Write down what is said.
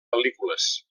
pel·lícules